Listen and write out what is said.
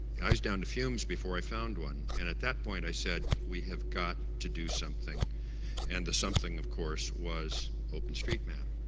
and i was down to fumes before i found one, and at that point i said we have got to do something and the something of course was openstreetmap.